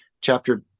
Chapter